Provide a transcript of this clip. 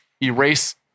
erase